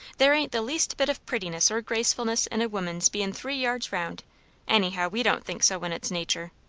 there ain't the least bit of prettiness or gracefulness in a woman's bein' three yards round anyhow we don't think so when it's nature.